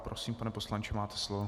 Prosím, pane poslanče, máte slovo.